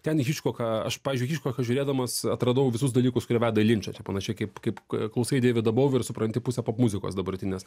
ten hičkoką aš pavyzdžiui hičkoką žiūrėdamas atradau visus dalykus kurie veda į linčą čia panašiai kaip kaip klausai deivido bauvi ir supranti pusę popmuzikos dabartinės